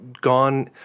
gone